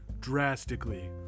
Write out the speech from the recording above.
drastically